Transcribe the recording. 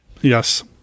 Yes